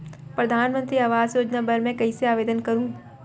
परधानमंतरी आवास योजना बर मैं कइसे आवेदन करहूँ?